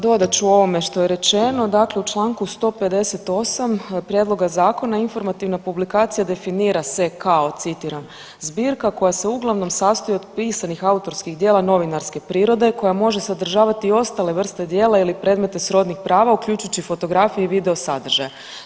Dodat ću ovome što je rečeno, dakle u čl. 158. prijedloga zakona informativna publikacija definira se kao, citiram, zbirka koja se uglavnom sastoji od pisanih autorskih djela novinarske prirode koja može sadržavati i ostale vrste djela ili predmete srodnih prava uključujući i fotografije i video sadržaje.